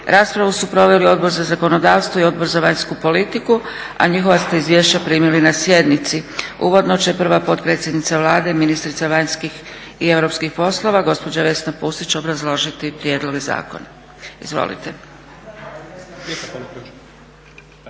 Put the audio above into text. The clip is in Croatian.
Raspravu su proveli Odbor za zakonodavstvo i Odbor za vanjsku politiku, a njihova ste izvješća primili na sjednici. Uvodno će prva potpredsjednica Vlade ministrica vanjskih i europskih poslova, gospođa Vesna Pusić obrazložiti prijedloge zakona. Izvolite.